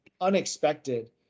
unexpected